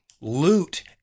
loot